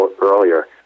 earlier